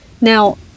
Now